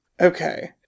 Okay